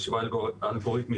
חשיבה אלגוריתמית,